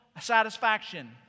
satisfaction